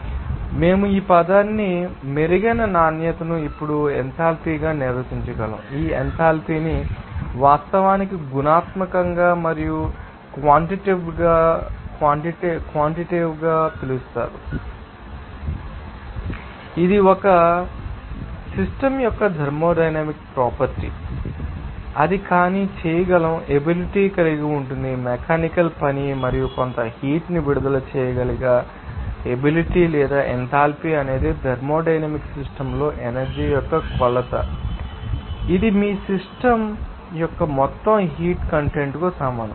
అవి మేము ఈ పదాన్ని మరియు మెరుగైన నాణ్యతను ఇప్పుడు ఎంథాల్పీగా నిర్వచించగలము ఈ ఎంథాల్పీని వాస్తవానికి గుణాత్మకంగా మరియు క్వాన్టిటిటేవ్లిగా కూడా క్వాలిటేటివ్ గా పిలుస్తారు ఇది ఒక సిస్టమ్ యొక్క థర్మోడైనమిక్ ప్రాపర్టీ అని చెప్పగలను అది కాని చేయగల ఎబిలిటీ కలిగి ఉంటుంది మెకానికల్ పని మరియు కొంత హీట్ ని విడుదల చేయగల ఎబిలిటీ లేదా ఎంథాల్పీ అనేది థర్మోడైనమిక్ సిస్టమ్ లోని ఎనర్జీ యొక్క కొలత అని మీరు చెప్పవచ్చు ఇది మీ సిస్టమ్ యొక్క మొత్తం హీట్ కంటెంట్కు సమానం